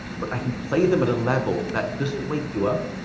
but i can play them at a level that doesn't wake you up,